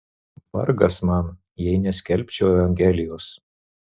vargas man jei neskelbčiau evangelijos